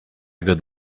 good